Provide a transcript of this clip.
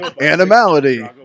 animality